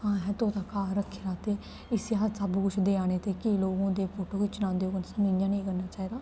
असें तोता घर रक्खे दा ते उस्सी अस सब्भ किश देआ ने ते केईं लोक होंदे फोटो खिच्चन औंदे होङन सानूं इ'यां नेई करना चाहिदा